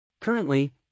Currently